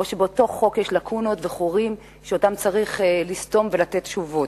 או שבאותו חוק יש לקונות וחורים שצריך לסתום אותם ולתת עליהם תשובות.